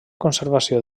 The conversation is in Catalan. conservació